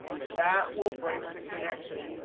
that will break the connection.